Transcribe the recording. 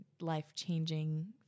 life-changing